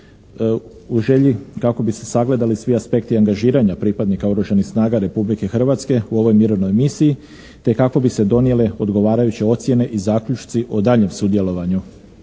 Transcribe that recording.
u želji kako bi se sagledali svi aspekti angažiranja pripadnika Oružanih snaga Republike Hrvatske u ovoj Mirovnoj misiji te kako bi se donijele odgovarajuće ocjene i zaključci o daljnjem sudjelovanju